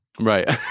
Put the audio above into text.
right